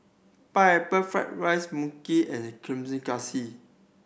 Pineapple Fried rice Mui Kee and Kuih Kaswi